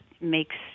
makes